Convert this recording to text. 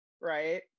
right